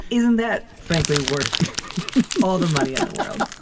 isn't that, frankly, worth all the money in the world?